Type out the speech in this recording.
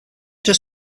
just